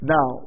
Now